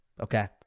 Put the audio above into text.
okay